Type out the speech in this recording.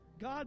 God